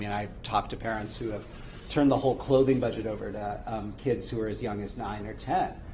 and i've talked to parents who have turned the whole clothing budget over to kids who are as young as nine or ten,